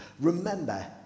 Remember